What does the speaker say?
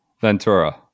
ventura